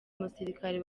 musirikare